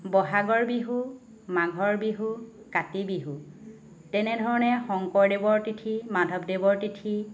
ব'হাগৰ বিহু মাঘৰ বিহু কাতি বিহু তেনেধৰণে শংকৰদেৱৰ তিথি মাধৱদেৱৰ তিথি